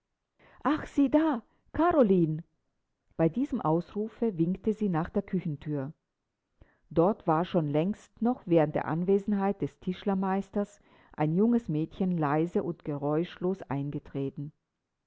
ah sieh da karoline bei diesem ausrufe winkte sie nach der küchenthür dort war schon längst noch während der anwesenheit des tischlermeisters ein junges mädchen leise und geräuschlos eingetreten